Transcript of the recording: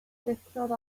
llithrodd